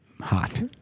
Hot